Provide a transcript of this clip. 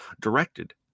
directed